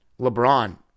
LeBron